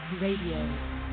Radio